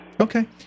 Okay